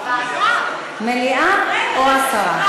או מליאה או הסרה.